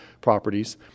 properties